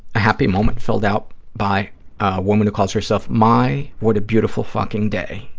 a happy moment filled out by a woman who calls herself my, what a beautiful fucking day.